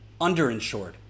underinsured